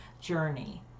journey